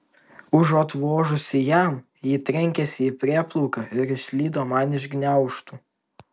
užuot vožusi jam ji trenkėsi į prieplauką ir išslydo man iš gniaužtų